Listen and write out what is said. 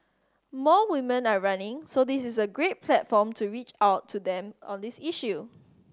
more women are running so this is a great platform to reach out to them on this issue